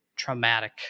traumatic